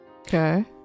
Okay